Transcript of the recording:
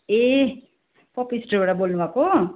ए पप्पू स्टोरबाट बोल्नुभएको